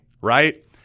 Right